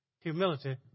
humility